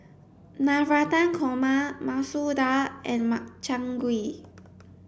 Navratan Korma Masoor Dal and Makchang Gui